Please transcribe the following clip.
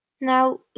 Now